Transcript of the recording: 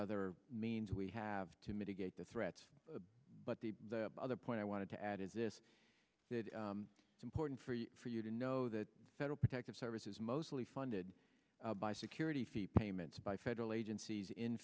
other means we have to mitigate the threat but the other point i want to add is this that it's important for you for you to know that federal protective service is mostly funded by security feet payments by federal agencies in